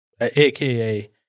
aka